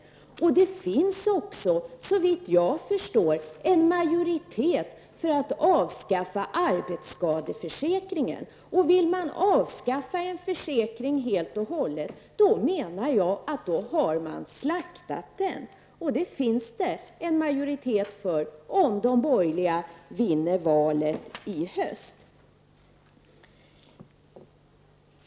Det finns också, såvitt jag förstår, en majoritet för att avskaffa arbetsskadeförsäkringen. Vill man avskaffa en försäkring helt och hållet har man enligt min mening slaktat den. För detta finns det en majoritet om de borgerliga vinner valet i höst.